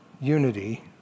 unity